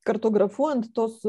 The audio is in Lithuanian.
kartografuojant tuos